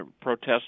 protests